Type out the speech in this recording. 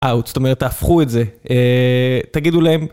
אאוט, זאת אומרת, תהפכו את זה, א.. תגידו להם...